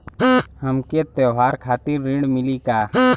हमके त्योहार खातिर ऋण मिली का?